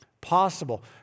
possible